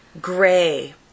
gray